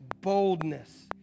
boldness